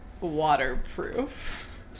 waterproof